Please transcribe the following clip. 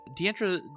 Deandra